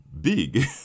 big